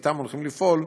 ושאתן הולכים לפעול,